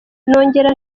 nongere